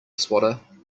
swatter